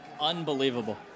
Unbelievable